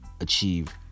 achieve